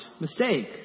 mistake